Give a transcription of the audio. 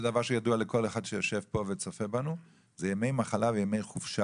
זה דבר שידוע לכל אחד שיושב פה וצופה בנו שזה ימי מחלה וימי חופשה.